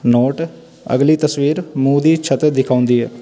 note ਅਗਲੀ ਤਸਵੀਰ ਮੂੰਹ ਦੀ ਛੱਤ ਦਿਖਾਉਂਦੀ